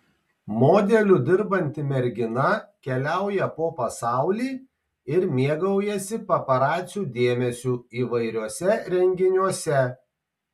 modeliu dirbanti mergina keliauja po pasaulį ir mėgaujasi paparacių dėmesiu įvairiuose renginiuose